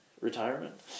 Retirement